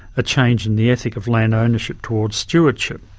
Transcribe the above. a change in the ethic of land ownership towards stewardship.